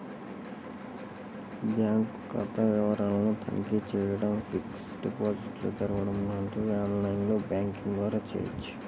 bank ఖాతా వివరాలను తనిఖీ చేయడం, ఫిక్స్డ్ డిపాజిట్లు తెరవడం లాంటివి ఆన్ లైన్ బ్యాంకింగ్ ద్వారా చేయవచ్చు